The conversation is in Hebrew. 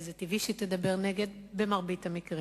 וטבעי שהיא תדבר נגד במרבית המקרים.